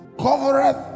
covereth